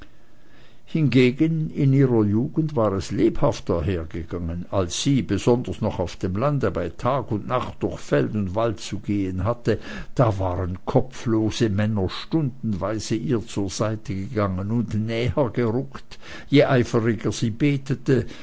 hingegen in ihrer lugend war es lebhafter hergegangen als sie besonders noch auf dem lande bei tag und nacht durch feld und wald zu gehen hatte da waren kopflose männer stundenweit ihr zur seite gegangen und näher gerückt je eifriger sie betete